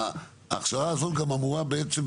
ההכשרה הזאת גם אמורה בעצם,